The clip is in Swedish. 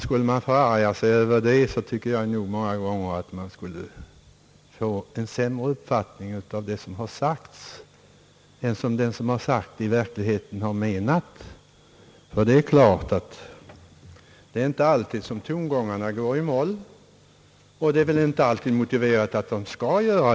Skulle man förarga sig över tongången, fick man säkerligen många gånger en sämre uppfattning av vad som sagts än vad talaren egentligen menat. Tongångarna går inte alltid i moll, och det är inte heller alltid motiverat att de så skall göra.